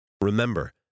Remember